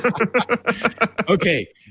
Okay